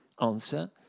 Answer